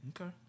okay